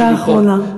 דקה אחרונה.